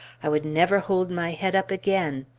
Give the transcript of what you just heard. i would never hold my head up again!